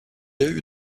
eut